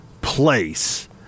place